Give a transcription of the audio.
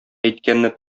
әйткәнне